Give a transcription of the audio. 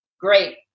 Great